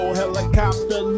helicopter